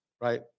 right